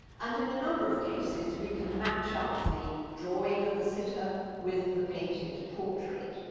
and in a number of cases, we can match up the drawing of the sitter with the painted portrait.